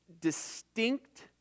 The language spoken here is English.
distinct